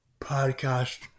podcast